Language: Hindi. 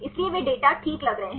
इसलिए वे डेटा ठीक लग रहे हैं